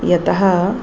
यतः